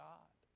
God